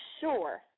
sure